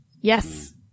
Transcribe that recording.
Yes